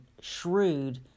shrewd